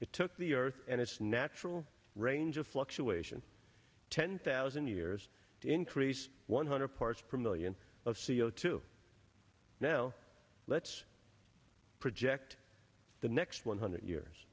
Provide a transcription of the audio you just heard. it took the earth and its natural range of fluctuation ten thousand years to increase one hundred parts per million of c o two now let's project the next one hundred years